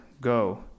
go